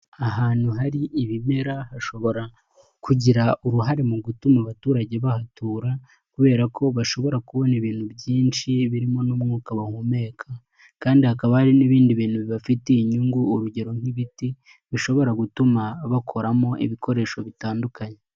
Ahantu hari ibimera hashobora kugira uruhare mu gutuma abaturage bahatura kubera ko bashobora kubona ibintu byinshi birimo n'umwuka bahumeka kandi hakaba hari n'ibindi bintu bibafitiye inyungu, urugero nk'ibiti bishobora gutuma bakoramo ibikoresho bitandukanye.